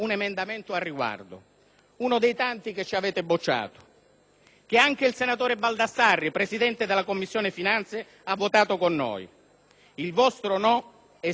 che anche il senatore Baldassarri, presidente della Commissione finanze, ha votato con noi. Il vostro no è stato più eloquente del silenzio del ministro Tremonti sui conti pubblici.